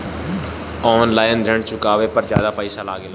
आन line ऋण चुकावे पर ज्यादा पईसा लगेला?